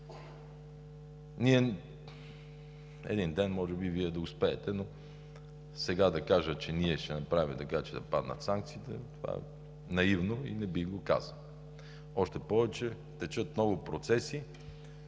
Един ден може би Вие да успеете, но сега да кажа, че ние ще направим така, че да паднат санкциите, това е наивно и не бих го казал. Още повече – текат много процеси.